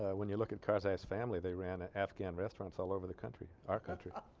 ah when you look at karzai's family they ran ah afghan restaurants all over the country our country ah